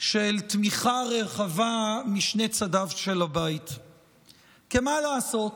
של תמיכה רחבה משני צדדיו של הבית כי, מה לעשות,